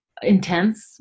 intense